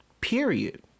Period